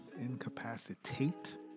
incapacitate